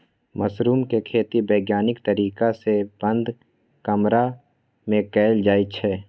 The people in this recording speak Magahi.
मशरूम के खेती वैज्ञानिक तरीका से बंद कमरा में कएल जाई छई